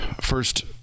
first